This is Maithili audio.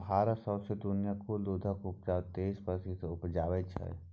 भारत सौंसे दुनियाँक कुल दुधक उपजाक तेइस प्रतिशत उपजाबै छै